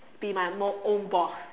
be my own own boss